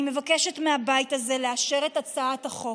אני מבקשת מהבית הזה לאשר את הצעת החוק.